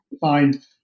find